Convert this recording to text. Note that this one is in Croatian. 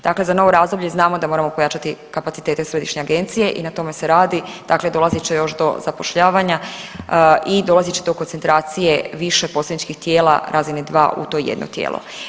Dakle za novo razdoblje znamo da moramo pojačati kapacitete Središnje agencije i na tome se radi, dakle dolazit će još do zapošljavanja i dolazit će do koncentracije više posredničkih tijela razine 2 u to jedno tijelo.